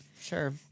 sure